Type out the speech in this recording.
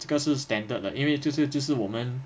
这个是 standard 了因为这是就是我们